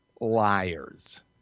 liars